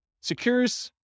secures